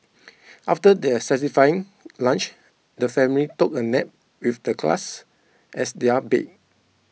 after their satisfying lunch the family took a nap with the grass as their bed